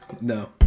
No